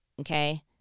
okay